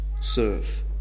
serve